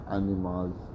animals